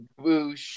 Boosh